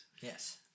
Yes